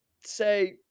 say